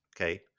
Okay